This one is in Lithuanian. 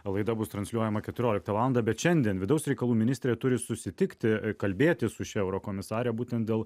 laida bus transliuojama keturioliktą valandą bet šiandien vidaus reikalų ministrė turi susitikti kalbėtis su šia eurokomisare būtent dėl